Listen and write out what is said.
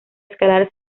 escalar